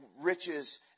riches